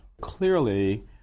Clearly